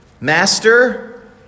Master